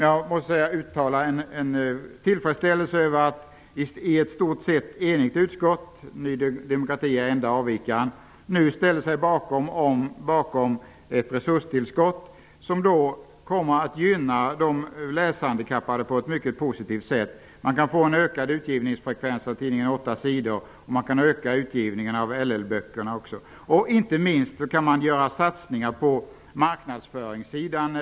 Jag vill uttala en tillfredsställelse över att ett i stort sett enigt utskott, med Ny demokrati som enda avvikare, nu ställer sig bakom ett resurstillskott som kommer att gynna de läshandikappade på ett mycket positivt sätt. Man kan få en ökad utgivningsfrekvens av tidningen 8 Sidor, och man kan också öka utgivningen av LL böcker. Inte minst kan man göra satsningar på marknadsföringssidan.